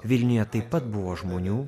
vilniuje taip pat buvo žmonių